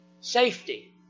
Safety